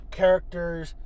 characters